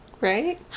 Right